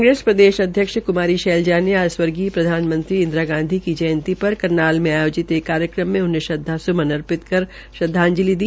कांग्रसे प्रदेश अध्यक्ष कुमारी शैलजा ने आज स्वर्गीय प्रधानमंत्री इंदिरा गांधी की जयंती पर करनाल में आयोजित एक कार्यक्रम में उन्हें श्रदवा स्मन अर्पि कर श्रदवाजंलि दी